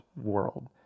world